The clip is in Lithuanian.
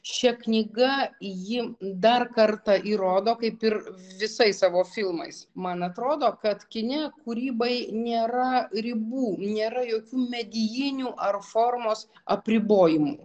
šia knyga ji dar kartą įrodo kaip ir visais savo filmais man atrodo kad kine kūrybai nėra ribų nėra jokių medijinių ar formos apribojimų